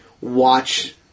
watch